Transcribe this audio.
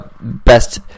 best